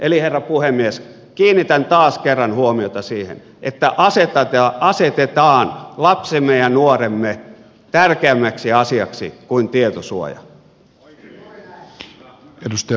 eli herra puhemies kiinnitän taas kerran huomiota siihen että asetetaan lapsemme ja nuoremme tärkeämmäksi asiaksi kuin tietosuoja